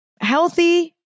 healthy